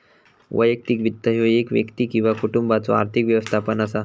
वैयक्तिक वित्त ह्यो एक व्यक्ती किंवा कुटुंबाचो आर्थिक व्यवस्थापन असा